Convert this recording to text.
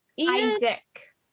Isaac